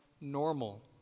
normal